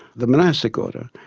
the monastic order,